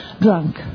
drunk